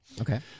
Okay